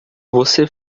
você